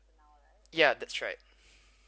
ya that's right